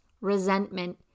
resentment